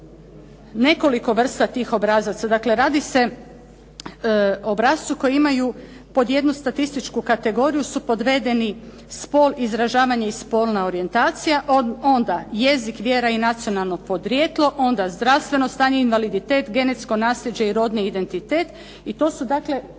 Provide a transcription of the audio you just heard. nekoliko vrsta tih obrazaca. Dakle radi se o obrascu koji imaju pod jednu statističku kategoriju su podredeni spol, izražavanje i spolna orijentacija, onda jezik, vjera i nacionalno podrijetlo, onda zdravstveno stanje, invaliditet, genetsko nasljeđe i rodni identitet i to su dakle